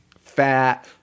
Fat